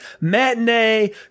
matinee